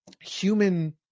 human